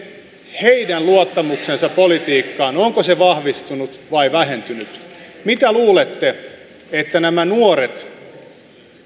heidän luottamuksensa politiikkaan vahvistunut vai vähentynyt mitä luulette että nämä nuoret